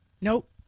Nope